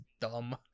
dumb